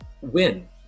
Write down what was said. win